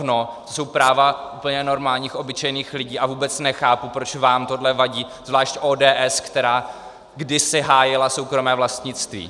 To jsou práva úplně normálních obyčejných lidí a vůbec nechápu, proč vám tohle vadí, zvlášť ODS, která kdysi hájila soukromé vlastnictví.